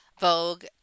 Vogue